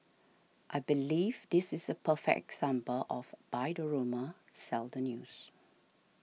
I believe this is a perfect example of buy the rumour sell the news